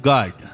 God